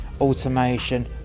automation